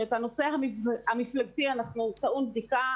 הנושא המפלגתי טעון בדיקה,